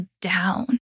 down